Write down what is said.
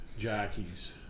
Jackie's